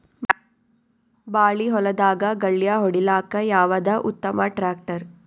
ಬಾಳಿ ಹೊಲದಾಗ ಗಳ್ಯಾ ಹೊಡಿಲಾಕ್ಕ ಯಾವದ ಉತ್ತಮ ಟ್ಯಾಕ್ಟರ್?